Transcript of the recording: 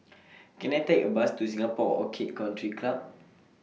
Can I Take A Bus to Singapore Orchid Country Club